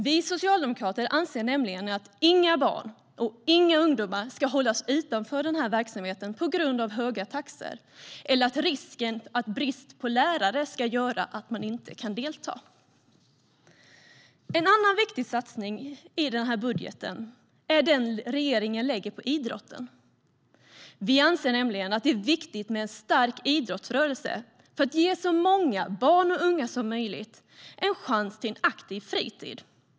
Vi socialdemokrater anser nämligen att inga barn och inga ungdomar ska hållas utanför den här verksamheten på grund av höga taxor eller att risk för brist på lärare ska göra att man inte kan delta. En annan viktig satsning i budgeten är den satsning regeringen gör på idrotten. Vi anser nämligen att det är viktigt med en stark idrottsrörelse för att ge så många barn och unga som möjligt chans till en aktiv fritid.